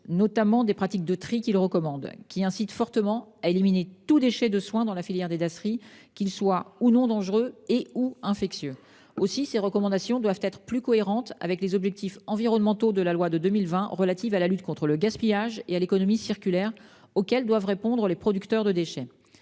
notamment des pratiques de tri qu'il recommande qui incite fortement à éliminer tout déchets de soins dans la filière des Dasri qu'ils soient ou non dangereux et ou infectieux aussi ces recommandations doivent être plus cohérente avec les objectifs environnementaux de la loi de 2020 relative à la lutte contre le gaspillage et à l'économie circulaire auxquelles doivent répondre les producteurs de déchets.